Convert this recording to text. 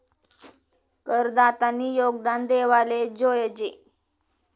करदातानी योगदान देवाले जोयजे